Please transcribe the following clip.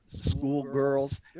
schoolgirls